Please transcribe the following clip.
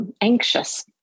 anxious